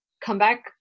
comeback